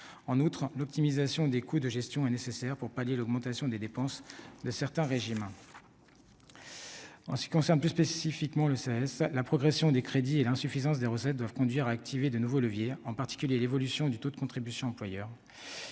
en outre, l'optimisation des coûts de gestion et nécessaire pour pallier l'augmentation des dépenses de certains régimes en ce qui concerne plus spécifiquement le CSA, la progression des crédits et l'insuffisance des recettes doivent conduire à activer de nouveaux leviers en particulier l'évolution du taux de contribution employeur